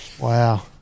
Wow